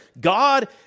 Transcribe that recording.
God